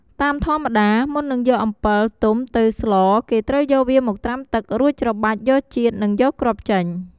តាមធម្មតា មុននឹងយកអំពិលទុំទៅស្លគេត្រូវយកវាមកត្រាំទឹករួចច្របាច់យកជាតិនិងយកគ្រាប់ចេញ